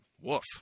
Woof